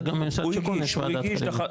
הוא הגיש וועדת חריגים.